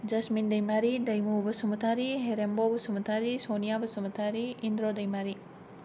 Jasmine Daimari दैमु बसुमतारी हेरेमब' बसुमतारी स'निया बसुमतारी इनद्र' दैमारि